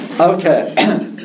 Okay